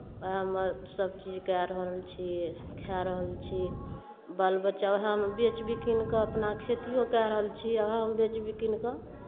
उएहमे सभचीज कए रहल छी खाए रहल छी बाल बच्चा उएहमे बेचि बिकिन कऽ अपना खेतिओ कए रहल छी उएहमे बेचि बिकिन कऽ